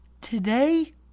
Today